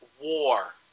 war